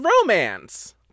romance